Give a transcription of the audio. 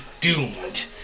doomed